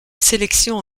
sélection